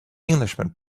englishman